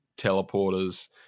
teleporters